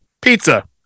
Pizza